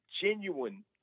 genuine